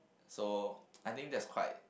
so I think that's quite